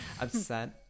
upset